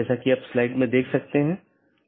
इसलिए पथ को परिभाषित करना होगा